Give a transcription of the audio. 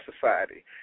society